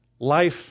Life